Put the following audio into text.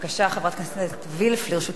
בבקשה, חברת הכנסת וילף, לרשותך שלוש דקות.